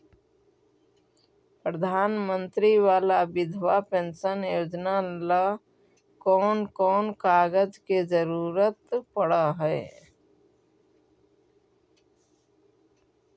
प्रधानमंत्री बाला बिधवा पेंसन योजना ल कोन कोन कागज के जरुरत पड़ है?